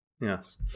Yes